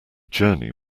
journey